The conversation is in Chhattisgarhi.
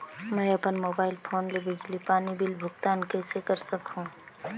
मैं अपन मोबाइल फोन ले बिजली पानी बिल भुगतान कइसे कर सकहुं?